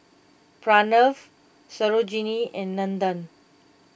Pranav Sarojini and Nandan